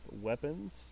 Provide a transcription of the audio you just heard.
weapons